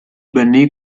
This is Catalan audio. venir